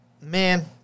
man